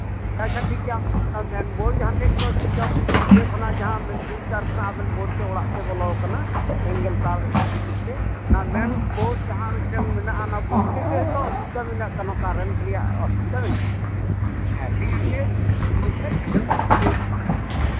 ᱟᱪᱪᱷᱟ ᱴᱷᱤᱠ ᱜᱮᱭᱟ ᱚᱱᱛᱮ ᱫᱚ ᱛᱟᱦᱞᱮ ᱢᱮᱱ ᱵᱳᱲ ᱡᱟᱦᱟᱸ ᱴᱷᱮᱱ ᱠᱷᱚᱱ ᱥᱩᱭᱤᱪ ᱚᱯᱷ ᱤᱭᱟᱹ ᱠᱷᱚᱱᱟᱜ ᱡᱟᱦᱟᱸ ᱯᱷᱤᱭᱩᱡᱽ ᱛᱟᱨ ᱠᱷᱚᱱᱟᱜ ᱟᱵᱮᱱ ᱵᱳᱲ ᱛᱮ ᱚᱲᱟᱜ ᱛᱮ ᱵᱚᱞᱚᱣ ᱠᱟᱱᱟ ᱥᱤᱝᱜᱮᱞ ᱛᱟᱨ ᱵᱷᱤᱛᱤᱨ ᱛᱮ ᱚᱱᱟ ᱢᱮᱱ ᱵᱳᱲ ᱡᱟᱦᱟᱸ ᱢᱤᱫᱴᱮᱱ ᱵᱳᱲ ᱢᱮᱱᱟᱜᱼᱟ ᱚᱱᱟ ᱵᱳᱲ ᱴᱷᱮᱱ ᱜᱮ ᱦᱳᱭᱛᱳ ᱚᱥᱩᱵᱤᱫᱟ ᱫᱚ ᱢᱮᱱᱟᱜ ᱠᱟᱫᱟ ᱚᱱᱟ ᱠᱟᱨᱮᱱᱴ ᱨᱮᱭᱟᱜ ᱚᱥᱩᱵᱤᱫᱟ ᱢᱮᱱᱟᱜᱼᱟ ᱦᱮᱸ ᱴᱷᱤᱠ ᱟᱪᱷᱮ